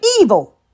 evil